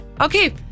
Okay